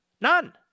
None